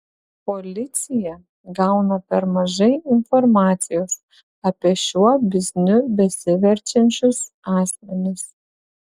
policija gauna per mažai informacijos apie šiuo bizniu besiverčiančius asmenis